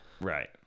right